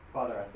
Father